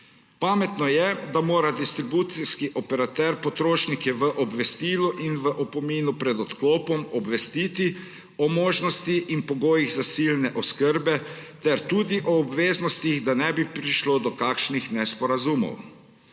Pametno je, da mora distribucijski operater potrošnike v obvestilu in v opominu pred odklopom obvestiti o možnosti in pogojih zasilne oskrbe ter tudi o obveznostih, da ne bi prišlo do kakšnih nesporazumov.